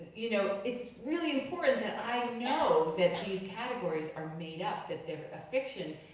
you know it's really important that i know that these categories are made up, that they're a fiction,